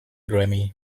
grammy